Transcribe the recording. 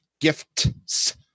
Gifts